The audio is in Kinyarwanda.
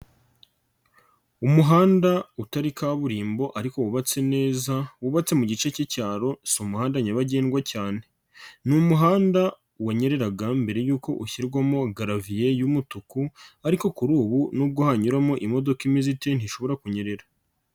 Umuhanda utari kaburimbo ariko wubatse neza wubatse mu gice k'icyaro si umuhanda nyabagendwa cyane, ni umuhanda wanyereraga mbere y'uko ushyirwamo garaviye y'umutuku ariko kuri ubu nubwo hanyuramo imodoka imeze ite ntishobora kunyerera.